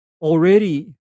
already